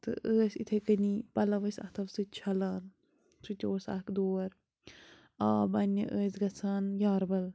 تہٕ ٲسۍ یِتھے کٔنی پَلوٚو ٲسۍ اَتھوٚو سۭتۍ چھلان سُہ تہِ اوس اَکھ دور آب اَننہِ ٲسۍ گَژھان یارٕبَل